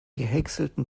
gehäckselten